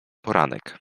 poranek